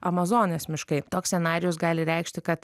amazonės miškai toks scenarijus gali reikšti kad